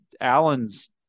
Allen's